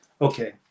Okay